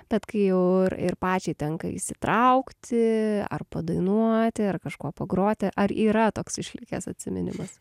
bet kai jau ir ir pačiai tenka įsitraukti ar padainuoti ar kažkuo pagroti ar yra toks išlikęs atsiminimas